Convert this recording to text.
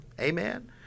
Amen